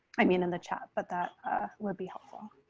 i mean, in the chat. but that would be helpful.